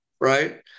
right